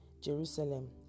Jerusalem